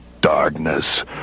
Darkness